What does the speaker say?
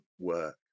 work